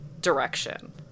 direction